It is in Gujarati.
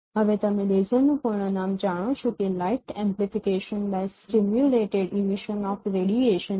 હવે તમે LASER નું પૂર્ણ નામ જાણો છો કે light amplification by stimulated emission of radiation છે